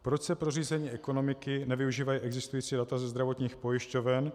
Proč se pro řízení ekonomiky nevyužívají existující data ze zdravotních pojišťoven?